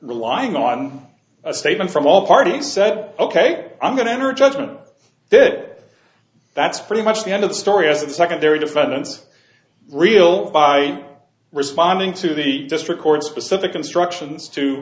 court lying on a statement from all parties said ok i'm going to enter a judgment that that's pretty much the end of the story as the secondary defendants real by responding to the just record specific instructions to